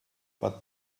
but